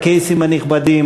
הקייסים הנכבדים,